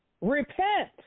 repent